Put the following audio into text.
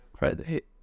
right